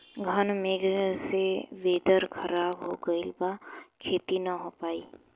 घन मेघ से वेदर ख़राब हो गइल बा खेती न हो पाई